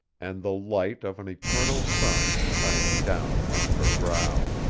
and the light of an eternal sun shining down upon her brow.